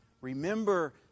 Remember